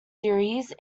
theories